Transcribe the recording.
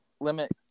limit